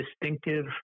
distinctive